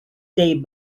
day